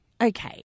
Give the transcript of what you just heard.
okay